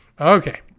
okay